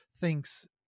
thinks